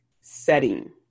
setting